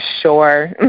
sure